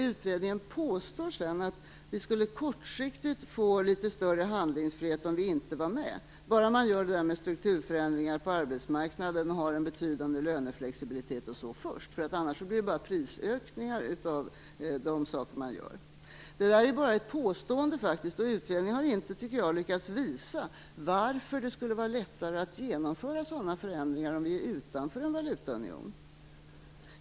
Utredningen påstår vidare att vi kortsiktigt skulle få litet större handlingsfrihet, om vi inte var med, bara vi först gör strukturförändringar på arbetsmarknaden, har en betydande löneflexibilitet osv. Annars blir det bara prisökningar av det som man gör. Det där är faktiskt bara ett påstående. Jag tycker inte att utredningen har lyckats visa varför det skulle vara lättare att genomföra sådana förändringar, om vi är utanför en valutaunion.